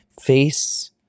face